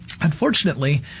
Unfortunately